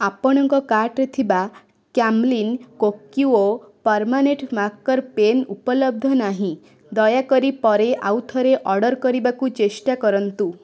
ଆପଣଙ୍କ କାର୍ଟ୍ରେ ଥିବା Camlin Kokuyo permanent marker pen ଉପଲବ୍ଧ ନାହିଁ ଦୟାକରି ପରେ ଆଉ ଥରେ ଅର୍ଡ଼ର୍ କରିବାକୁ ଚେଷ୍ଟା କରନ୍ତୁ